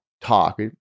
talk